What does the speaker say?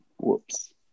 Whoops